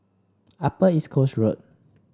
Upper East Coast Road